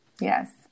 Yes